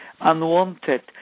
unwanted